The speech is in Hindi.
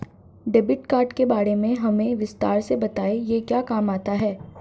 डेबिट कार्ड के बारे में हमें विस्तार से बताएं यह क्या काम आता है?